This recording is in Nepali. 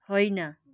होइन